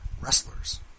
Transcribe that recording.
wrestlers